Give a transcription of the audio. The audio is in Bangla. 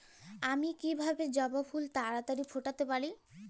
আমি কিভাবে জবা ফুল তাড়াতাড়ি ফোটাতে পারি?